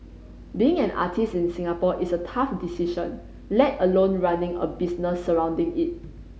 being an artist in Singapore is a tough decision let alone running a business surrounding it